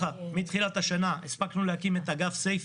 מתחילת השנה הספקנו להקים את אגף סייף.